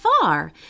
far